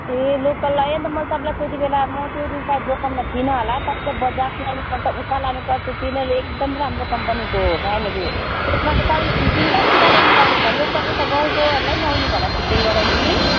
ए local ए अन्त मैले तपाईँलाई त्यति बेला म त्यो दिन सायद दोकानमा थिइनँ होला तपाईँले बजाज लानु पर्छ उषा लानु पर्थ्यो तिनीहरू एकदम राम्रो कम्पनीको हो फेनहरू त्यसमा तपाईँले फिटिङ कसलाई गराउनु लाउनु भयो लोकल यता गाउँकोहरूलाई लाउनु भयो होला फिटिङ गराउनु नि